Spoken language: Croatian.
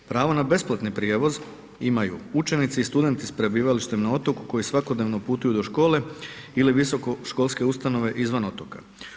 Pravo na besplatni prijevoz imaju učenici i studenti sa prebivalištem na otoku koji svakodnevno putuju do škole ili visokoškolske ustanove izvan otoka.